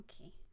Okay